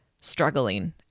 struggling